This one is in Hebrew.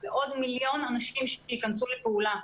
זה עוד מיליון אנשים שייכנסו לפעולה.